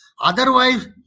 otherwise